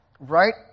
Right